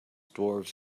dwarves